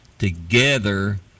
together